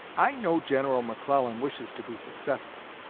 i know general mcclellan wishes to be successful,